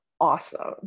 awesome